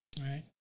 right